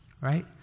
right